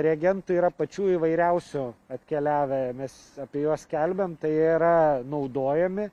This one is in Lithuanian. reagentų yra pačių įvairiausių atkeliavę mes apie juos skelbiam tai yra naudojami